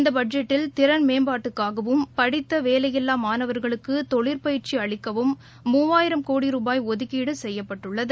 இந்தபட்ஜெட்டில் மேம்பாட்டுக்காகவும் திறன் படித்தவேலையில்லாமாணவா்களுக்குதொழிற்பயிற்சிஅளிக்கவும் மூவாயிரம் கோடி ரூபாய் ஒதுக்கீடுசெய்யப்பட்டுள்ளது